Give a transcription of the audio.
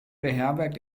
beherbergt